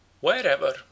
Wherever